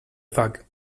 fag